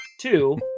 Two